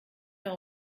mehr